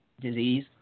disease